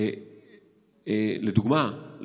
לדוגמה,